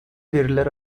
veriler